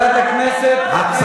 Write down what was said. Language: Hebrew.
חברת הכנסת רגב.